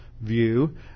view